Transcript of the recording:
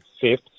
fifth